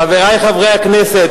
חברי חברי הכנסת,